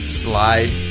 slide